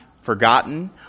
forgotten